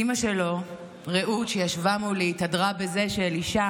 אימא שלו, רעות, שישבה מולי, התהדרה בזה שאלישע